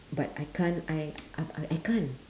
but I can't I I I can't